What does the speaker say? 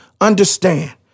understand